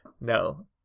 No